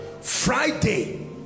Friday